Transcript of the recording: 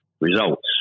results